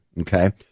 Okay